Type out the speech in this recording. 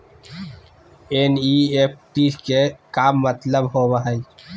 NEFT के का मतलव होव हई?